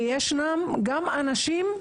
וישנם אנשים,